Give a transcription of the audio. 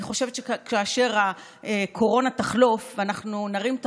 אני חושבת שכאשר הקורונה תחלוף ואנחנו נרים את